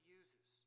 uses